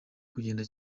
kugenda